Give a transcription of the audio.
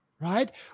right